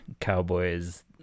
cowboys